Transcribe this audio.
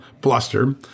bluster